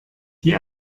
die